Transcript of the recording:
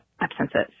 absences